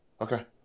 okay